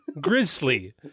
Grizzly